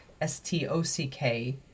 S-T-O-C-K